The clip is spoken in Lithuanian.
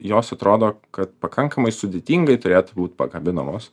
jos atrodo kad pakankamai sudėtingai turėtų būt pagaminamos